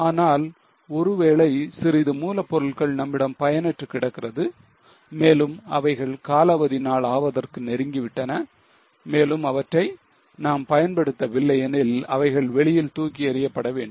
ஆனால் ஒருவேளை சிறிது மூலப்பொருட்கள் நம்மிடம் பயனற்று கிடக்கிறது மேலும் அவைகள் காலாவதி நாள் ஆவதற்கு நெருங்கிவிட்டன மேலும் அவற்றை நாம் பயன்படுத்த வில்லை எனில் அவைகள் வெளியில் தூக்கி எறியப்பட வேண்டும்